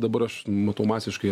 dabar aš matau masiškai